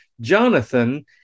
Jonathan